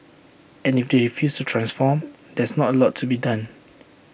and if they refuse to transform there's not A lot to be done